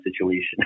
situation